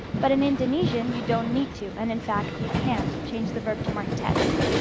but in indonesian you don't need to, and in fact you can't, change the verb to mark tense.